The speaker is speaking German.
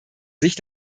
sich